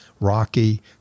rocky